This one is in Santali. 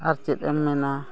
ᱟᱨ ᱪᱮᱫ ᱮᱢ ᱢᱮᱱᱟ